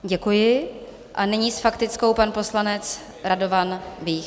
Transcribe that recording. Děkuji a nyní s faktickou pan poslanec Radovan Vích.